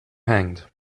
hanged